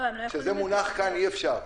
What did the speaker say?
כשזה מונח כאן אי-אפשר.